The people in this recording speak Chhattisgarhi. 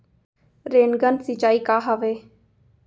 रेनगन सिंचाई का हवय?